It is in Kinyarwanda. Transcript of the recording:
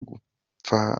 gupfa